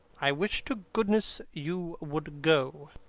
i wish to goodness you would go.